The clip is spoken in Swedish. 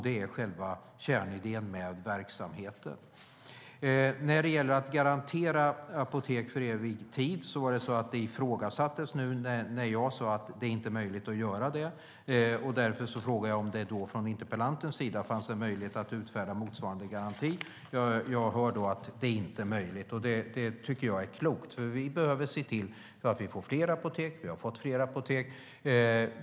Det ifrågasattes när jag sade att det inte är möjligt att garantera apotek för evig tid. Därför frågade jag om interpellanten kunde utfärda motsvarande garanti och hörde att det inte var möjligt, vilket jag tycker är klokt. Vi har fått fler apotek, och vi behöver se till att få ännu fler apotek.